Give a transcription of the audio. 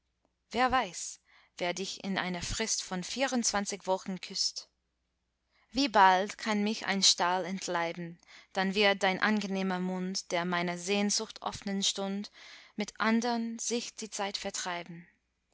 wer weiß wer dich in einer frist von vierundzwanzig wochen küßt wie bald kann mich ein stahl entleiben dann wird dein angenehmer mund der meiner sehnsucht offen stund mit andern sich die zeit vertreiben